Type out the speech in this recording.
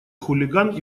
хулиган